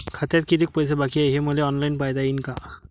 खात्यात कितीक पैसे बाकी हाय हे मले ऑनलाईन पायता येईन का?